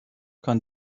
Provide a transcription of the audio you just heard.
kann